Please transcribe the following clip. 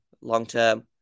long-term